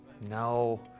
No